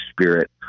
spirit